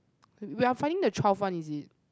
we are finding the twelve one is it